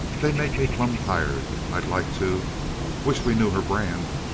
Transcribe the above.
they make me plum tired. i'd like to wish we knew her brand.